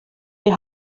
die